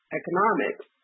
economics